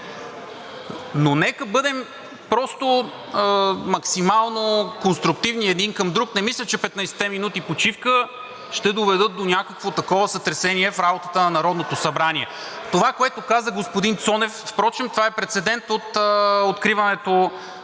Нека бъдем максимално конструктивни един към друг. Не мисля, че петнайсетте минути почивка ще доведат до някакво такова сътресение в работата на Народното събрание. Това, което каза господин Цонев – впрочем това е прецедент от откриването